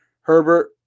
Herbert